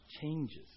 changes